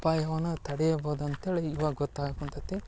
ಅಪಾಯವನ್ನು ತಡಿಯಬಹ್ದು ಅಂತ್ಹೇಳಿ ಇವಾಗ ಗೊತ್ತಾಗಿ ಕೂತೈತಿ